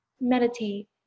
meditate